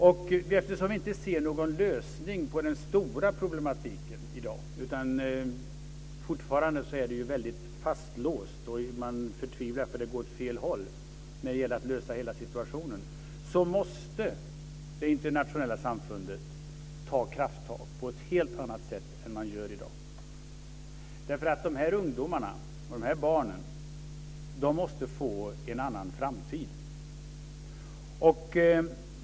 Vi ser inte någon lösning på den stora problematiken i dag, utan det hela är fortfarande fastlåst. Man förtvivlar, för det går åt fel håll när det gäller att ordna hela situationen. Därför måste det internationella samfundet ta krafttag på ett helt annat sätt än i dag. De här ungdomarna och barnen måste nämligen få en annan framtid.